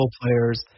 players